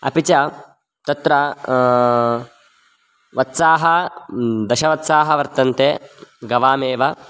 अपि च तत्र वत्साः दशवत्साः वर्तन्ते गवामेव